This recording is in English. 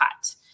cut